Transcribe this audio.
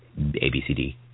ABCD